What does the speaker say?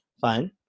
fine